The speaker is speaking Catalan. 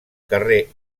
carrer